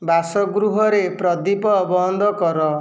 ବାସଗୃହରେ ପ୍ରଦୀପ ବନ୍ଦ କର